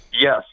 Yes